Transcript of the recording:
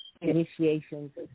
initiations